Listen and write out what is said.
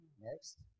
Next